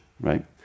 Right